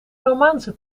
romaanse